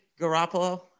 Garoppolo